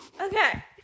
Okay